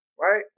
right